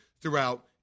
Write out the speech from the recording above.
throughout